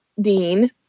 Dean